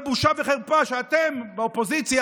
זו בושה וחרפה שאתם באופוזיציה,